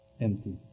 empty